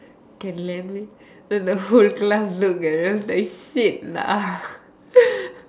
can lend me then the whole class look us then I was just like shit lah